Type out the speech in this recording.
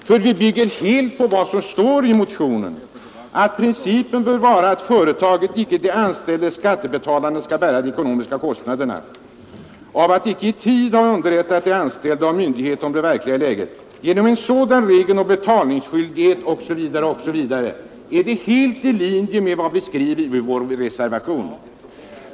För vi bygger helt på vad som står i motionen: ”Principen bör vara att företaget, icke de anställda eller skattebatalarna, skall bära de ekonomiska konsekvenserna av att icke i tid ha underrättat anställda och myndigheter om det verkliga läget. Genom en sådan regel om betalningsskyldighet ——— ”osv. Det är vad som står i motionen, och reservationen är alltså helt i linje med motionen.